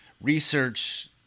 research